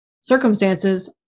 circumstances